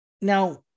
now